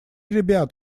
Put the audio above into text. ребят